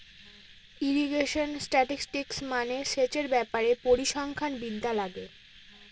irrigation statistics মানে সেচের ব্যাপারে পরিসংখ্যান বিদ্যা লাগে